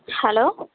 hello